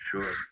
sure